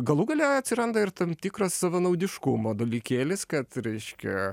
galų gale atsiranda ir tam tikras savanaudiškumo dalykėlis kad reiškia